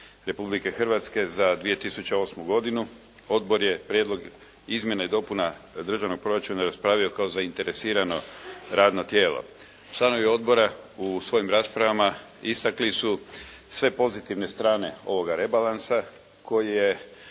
Republike Hrvatske za 2008. godinu. Odbor je Prijedlog izmjena i dopuna državnog proračuna raspravio kao zainteresirano radno tijelo. Članovi odbora u svojim raspravama istakli su sve pozitivne strane ovoga rebalansa koji je